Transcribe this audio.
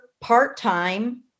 part-time